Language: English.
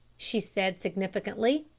she said significantly.